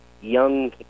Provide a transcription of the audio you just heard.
Young